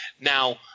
Now